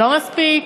לא מספיק?